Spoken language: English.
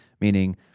meaning